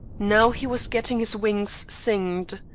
now he was getting his wings singed.